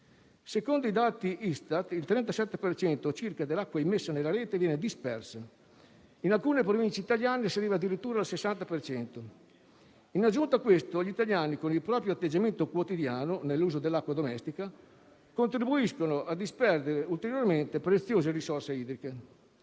Secondo i dati Istat, il 37 per cento circa dell'acqua immessa nella rete viene dispersa. In alcune province italiane, si arriva addirittura al 60 per cento. In aggiunta a questo, gli italiani, con il proprio atteggiamento quotidiano nell'uso dell'acqua domestica, contribuiscono a disperdere ulteriormente preziose risorse idriche.